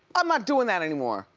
i'm not doing that anymore.